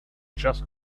just